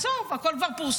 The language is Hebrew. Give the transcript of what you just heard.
אז זהו, הכול כבר פורסם.